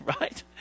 Right